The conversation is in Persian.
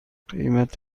قیمت